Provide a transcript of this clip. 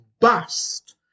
bust